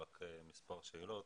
מספר שאלות.